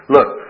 Look